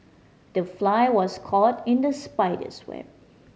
the fly was caught in the spider's web